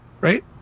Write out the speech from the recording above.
right